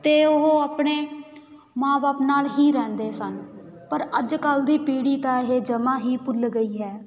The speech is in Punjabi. ਅਤੇ ਉਹ ਆਪਣੇ ਮਾਂ ਬਾਪ ਨਾਲ ਹੀ ਰਹਿੰਦੇ ਸਨ ਪਰ ਅੱਜ ਕੱਲ੍ਹ ਦੀ ਪੀੜ੍ਹੀ ਤਾਂ ਇਹ ਜਮਾਂ ਹੀ ਭੁੱਲ ਗਈ ਹੈ